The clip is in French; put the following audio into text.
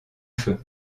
feu